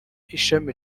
ishami